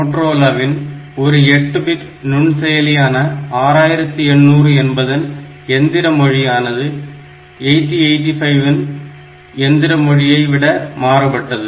மோட்டோரோலாவில் ஒரு 8 பிட் நுண்செயலியான 6800 என்பதன் எந்திர மொழியானது 8085 இன் எந்திர மொழியை விட மாறுபட்டது